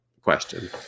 question